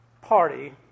party